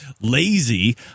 lazy